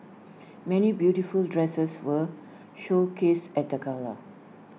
many beautiful dresses were showcased at the gala